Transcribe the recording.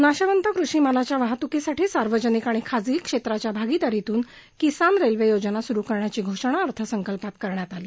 नाशवंत कृषी मालाच्या वाहतुकीसाठी सार्वजनिक आणि खाजगी क्षेत्राच्या भागिदारीतून किसान रेल्वे योजना सुरु करण्याची घोषणा अर्थसंकल्पात करण्यात आली